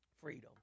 freedom